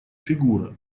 фигура